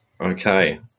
Okay